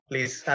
Please